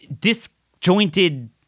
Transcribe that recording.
disjointed